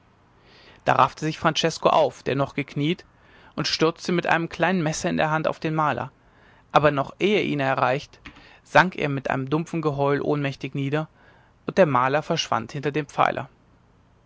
da raffte sich francesko auf der noch gekniet und stürzte mit einem kleinen messer in der hand auf den maler aber noch ehe er ihn erreicht sank er mit einem dumpfen geheul ohnmächtig nieder und der maler verschwand hinter dem pfeiler